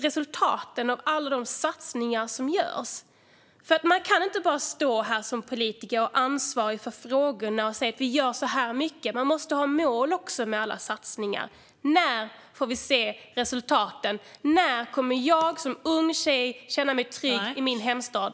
resultaten av alla de satsningar som görs? Man kan nämligen inte bara stå här som politiker och ansvarig för frågorna och säga att man gör så här mycket. Man måste också ha mål med alla satsningar. När får vi se resultaten? När kommer jag som ung tjej att känna mig trygg i min hemstad?